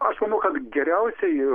aš manau kad geriausiai